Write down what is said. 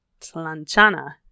tlanchana